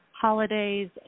holidays